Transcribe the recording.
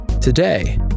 Today